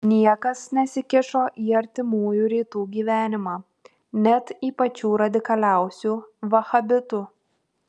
niekas nesikišo į artimųjų rytų gyvenimą net į pačių radikaliausių vahabitų